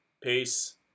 Peace